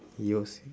he was saying